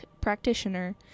practitioner